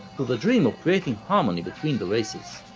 to the dream of creating harmony between the races.